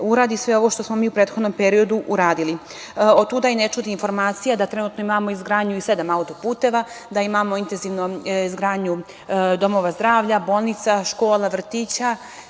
uradi sve ovo što smo mi u prethodnom periodu uradili. Otuda i ne čudi informacija da trenutno imamo izgradnju sedam auto-puteva, da imamo intenzivnu izgradnju domova zdravlja, bolnica, škola, vrtića